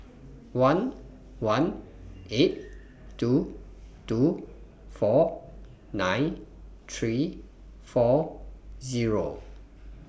one one eight two two four nine three four Zero